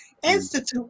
Institute